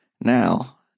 now